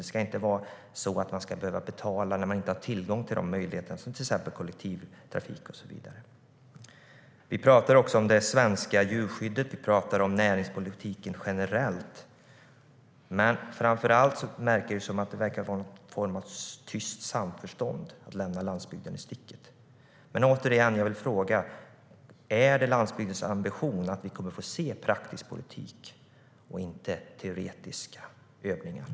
Man ska väl inte behöva betala för att man inte har tillgång till exempelvis kollektivtrafik och så vidare? Jag vill återigen fråga: Är det landsbygdsministerns ambition att vi kommer att få se praktisk politik och inte teoretiska övningar?